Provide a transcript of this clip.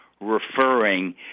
referring